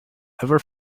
ever